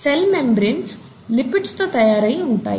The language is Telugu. సెల్ మెంబ్రేన్స్ లిపిడ్స్ తో తయారయ్యి ఉంటాయి